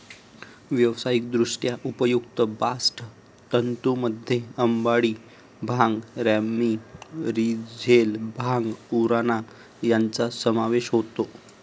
व्यावसायिकदृष्ट्या उपयुक्त बास्ट तंतूंमध्ये अंबाडी, भांग, रॅमी, रोझेल, भांग, उराणा यांचा समावेश होतो